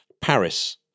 Paris